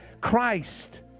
Christ